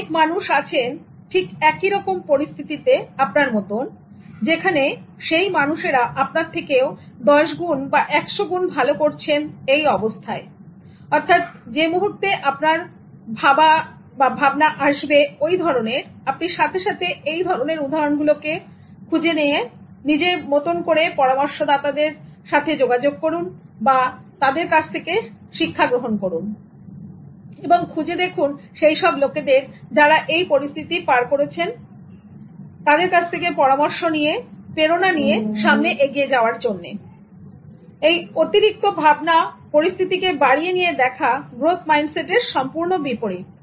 সুতরাং এই অতিরিক্ত ভাবনা পরিস্থিতিকে বাড়িয়ে নিয়ে দেখা গ্রোথ মাইন্ডসেটের বিপরীত